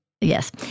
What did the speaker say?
Yes